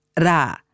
ra